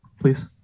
please